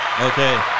Okay